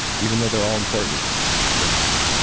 even though they're all important what's.